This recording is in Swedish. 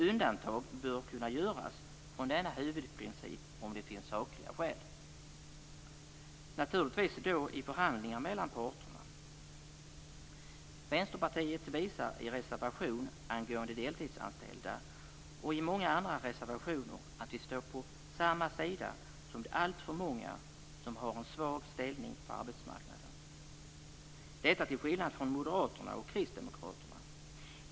Undantag bör kunna göras från denna huvudprincip om det finns sakliga skäl. Det skall då naturligtvis ske i förhandlingar mellan parterna. Vänsterpartiet visar i reservationen om deltidsanställda och i många andra reservationer att vi står på samma sida som de alltför många som har en svag ställning på arbetsmarknaden - detta till skillnad från Moderaterna och Kristdemokraterna.